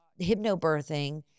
hypnobirthing